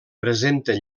presenten